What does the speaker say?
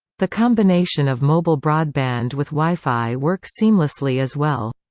the combination of mobile broadband with wi-fi works seamlessly as well.